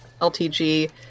LTG